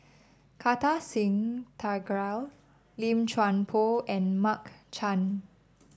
Kartar Singh Thakral Lim Chuan Poh and Mark Chan